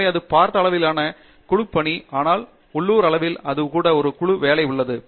எனவே அது பரந்த அளவிலான குழுப்பணி ஆனால் உள்ளூர் அளவில் அது கூட குழு வேலை உள்ளது